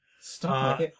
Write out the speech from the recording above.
Stop